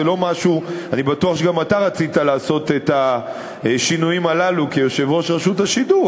אני בטוח שגם אתה רצית לעשות את השינויים הללו כיושב-ראש רשות השידור,